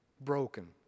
broken